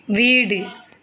வீடு